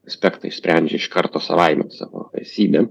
aspektą išsprendžia iš karto savaime savo esybe